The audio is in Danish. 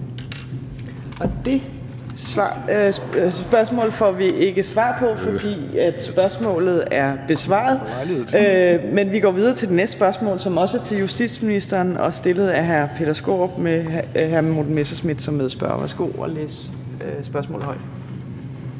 Det spørgsmål får vi ikke svar på, for spørgsmålet er besvaret. Men vi går videre til det næste spørgsmål, som også er til justitsministeren og stillet af hr. Peter Skaarup med hr. Morten Messerschmidt som medspørger.